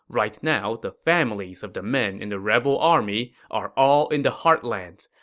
right now, the families of the men in the rebel army are all in the heartlands.